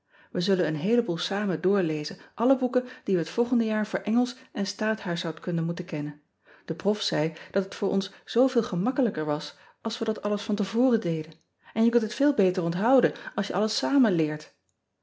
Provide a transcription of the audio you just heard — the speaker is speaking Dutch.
e zullen een heeleboel samen doorlezen alle boeken die we het volgende jaar voor ngelsch en taathuishoudkunde moeten kennen e prof zei dat het voor ons zooveel gemakkelijker was als we dat alles van te voren deden en je kunt het veel beter onthouden als je alles samen leert